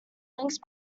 linked